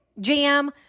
jam